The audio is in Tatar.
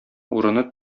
урыны